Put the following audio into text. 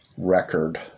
record